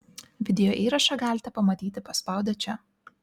video įrašą galite pamatyti paspaudę čia